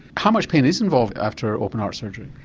how much pain is involved after open heart surgery?